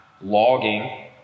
logging